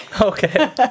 Okay